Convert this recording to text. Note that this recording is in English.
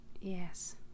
yes